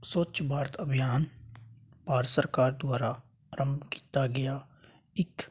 ਸਵੱਛ ਭਾਰਤ ਅਭਿਆਨ ਭਾਰਤ ਸਰਕਾਰ ਦੁਆਰਾ ਆਰੰਭ ਕੀਤਾ ਗਿਆ ਇੱਕ